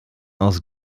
aus